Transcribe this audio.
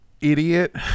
idiot